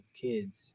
kids